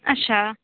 अच्छा